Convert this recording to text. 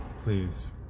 Please